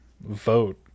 vote